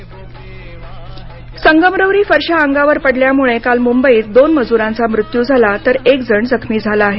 मुंबई दुर्घटना संगमरवरी फरशा अंगावर पडल्यामुळे काल मुंबईत दोन मजूरांचा मृत्यू झाला तर एकजण जखमी झाला आहे